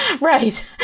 Right